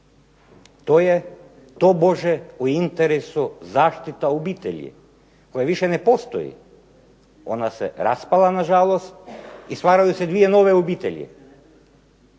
To je tobože u interesu zaštita obitelji koja više ne postoji. Ona se raspala nažalost i stvaraju se 2 nove obitelji.